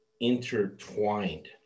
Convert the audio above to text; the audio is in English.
intertwined